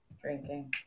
Drinking